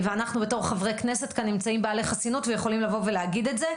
ואנחנו בתור חברי כנסת נמצאים בעלי חסינות ויכולים להגיד את זה.